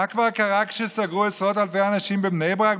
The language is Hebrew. מה כבר קרה כשסגרו עשרות אלפי אנשים בבני ברק,